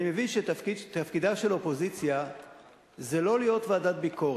אני מבין שתפקידה של אופוזיציה זה לא להיות ועדת ביקורת,